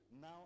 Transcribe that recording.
Now